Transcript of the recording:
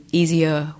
easier